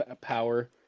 power